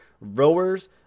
rowers